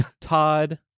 Todd